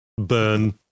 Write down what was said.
Burn